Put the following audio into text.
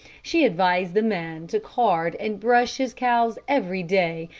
she advised the man to card and brush his cows every day,